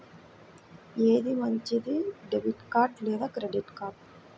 ఏది మంచిది, debit card లేదా క్రెడిట్ కార్డ్?